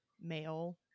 male